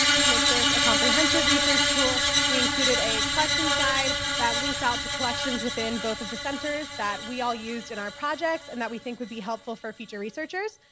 to make this comprehensive research tool, we included a collections guide that links out to collections within both of the centers that we all used in our projects and that we think would be helpful for future researchers.